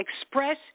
express